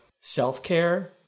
self-care